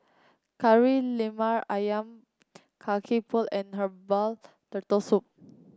Kari Lemak ayam Kacang Pool and Herbal Turtle Soup